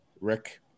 Rick